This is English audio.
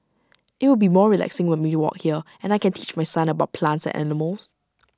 IT will be more relaxing when we walk here and I can teach my son about plants and animals